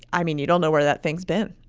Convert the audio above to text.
i mean, you don't know where that thing's been.